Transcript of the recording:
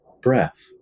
breath